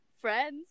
friends